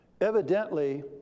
evidently